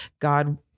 God